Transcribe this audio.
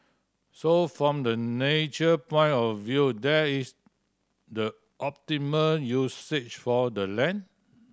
so from the nature point of view that is the optimum usage for the land